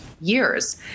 years